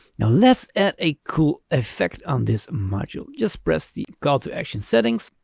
now let's add a cool effect on this module, just press the call to action settings.